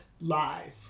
live